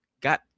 got